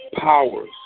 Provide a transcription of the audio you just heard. Powers